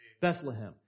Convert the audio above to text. Bethlehem